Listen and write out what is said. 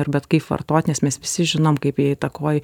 ir bet kaip vartot nes mes visi žinom kaip jie įtakoja